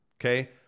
okay